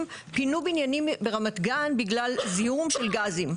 פינו בניינים ברמת גן בגלל זיהום של גזים.